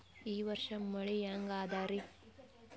ಈ ವರ್ಷ ಮಳಿ ಹೆಂಗ ಅದಾರಿ?